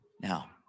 Now